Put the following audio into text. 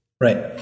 Right